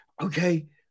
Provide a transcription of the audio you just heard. okay